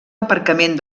aparcament